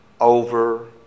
over